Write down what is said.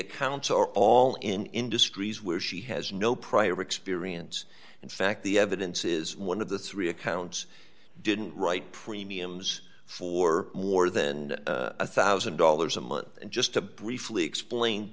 accounts are all in industries where she has no prior experience and fact the evidence is one of the three accounts didn't write premiums for more than a one thousand dollars a month and just to briefly explain